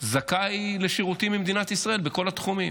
זכאי לשירותים ממדינת ישראל בכל התחומים.